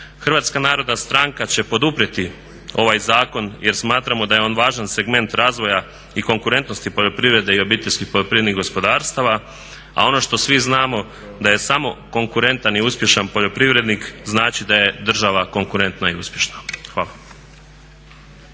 Hrvatska narodna stranka će poduprijeti ovaj zakon jer smatramo da je on važan segment razvoja i konkurentnosti poljoprivrede i obiteljskih poljoprivrednih gospodarstava. A ono što svi znamo da je samo konkurentan i uspješan poljoprivrednik znači da je država konkurentna i uspješna. Hvala.